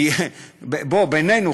כי בינינו,